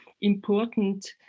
important